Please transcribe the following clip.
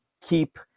keep